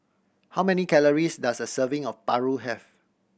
how many calories does a serving of paru have